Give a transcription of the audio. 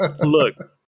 Look